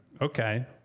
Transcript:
okay